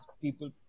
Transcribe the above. People